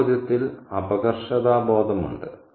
ആ ചോദ്യത്തിൽ അപകർഷതാബോധം ഉണ്ട്